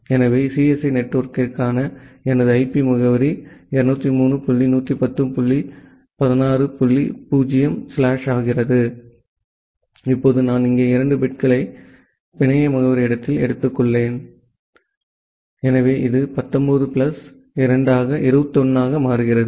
எனவே சிஎஸ்இ நெட்வொர்க்கிற்கான எனது ஐபி முகவரி 203 டாட் 110 டாட் 16 டாட் 0 ஸ்லாஷ் ஆகிறது இப்போது நான் இங்கே இரண்டு பிட்களை பிணைய முகவரிஇடத்தில் எடுத்துள்ளேன் எனவே இது 19 பிளஸ் 2 ஆக 21 ஆகிறது